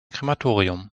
krematorium